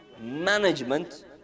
management